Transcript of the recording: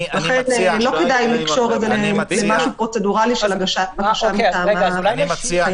לא כדאי לקשור את זה למשהו פרוצדורלי של הגשת בקשה מטעם החייב.